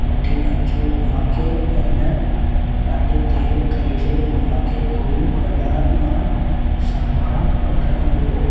वठी वञिजो मूंखे हिन ॾाढे देरि करे छॾियईं मूंखे गोल बाज़ारि मां सामान वठणु हुयो